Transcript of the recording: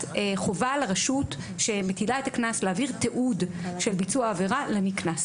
חובה על רשות שמטילה את הקנס להעביר תיעוד של ביצוע העבירה לנקנס.